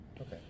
Okay